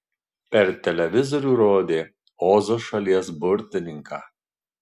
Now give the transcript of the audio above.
per televizorių rodė ozo šalies burtininką